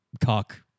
cock